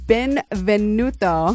Benvenuto